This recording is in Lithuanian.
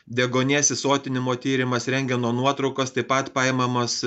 deguonies įsotinimo tyrimas rentgeno nuotraukos taip pat paimamas